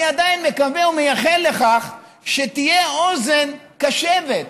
אני עדיין מקווה ומייחל לכך שתהיה אוזן קשבת,